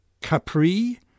Capri